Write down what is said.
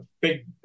big